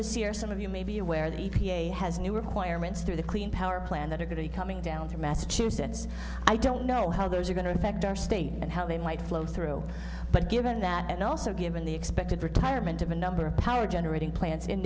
this year some of you may be aware the e p a has new requirements through the clean power plant that are going to be coming down to massachusetts i don't know how those are going to affect our state and how they might flow through but given that and also given the expected retirement of a number of power generating plants in